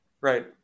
Right